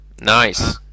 nice